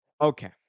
Okay